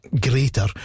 greater